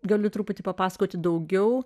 gali truputį papasakoti daugiau